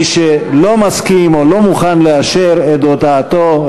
מי שלא מסכים או לא מוכן לאשר את הודעתו,